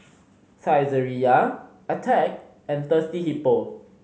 Saizeriya Attack and Thirsty Hippo